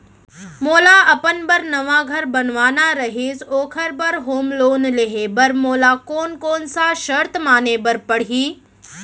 मोला अपन बर नवा घर बनवाना रहिस ओखर बर होम लोन लेहे बर मोला कोन कोन सा शर्त माने बर पड़ही?